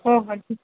हो हो ठीक